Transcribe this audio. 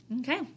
okay